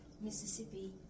Mississippi